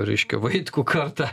reiškia vaitkų kartą